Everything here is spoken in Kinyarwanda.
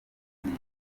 ninde